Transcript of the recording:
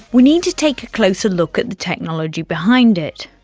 we need to take a closer look at the technology behind it.